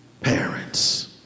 parents